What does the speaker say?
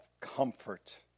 comfort